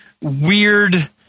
weird